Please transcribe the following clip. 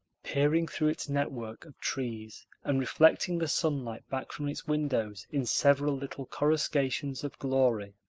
peering through its network of trees and reflecting the sunlight back from its windows in several little coruscations of glory.